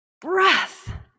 breath